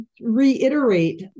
reiterate